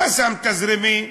חסם תזרימי,